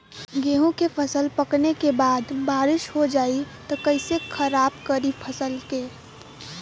गेहूँ के फसल पकने के बाद बारिश हो जाई त कइसे खराब करी फसल के?